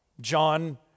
John